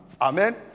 Amen